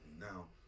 Now